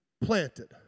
planted